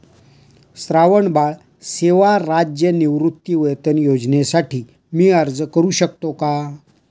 श्रावणबाळ सेवा राज्य निवृत्तीवेतन योजनेसाठी मी अर्ज करू शकतो का?